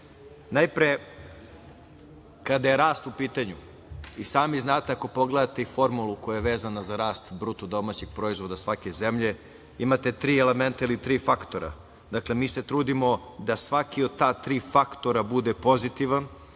ste rekli. Kada je rast u pitanju, i sami znate, ako pogledate formulu koja je vezana za rast BDP svake zemlje, imate tri elementa ili tri faktora. Mi se trudimo da svaki od ta tri faktora bude pozitivan